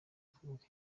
twubake